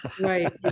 Right